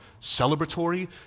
celebratory